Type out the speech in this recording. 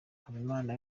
habimana